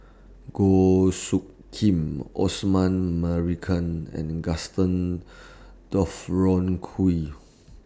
Goh Soo Khim Osman Merican and Gaston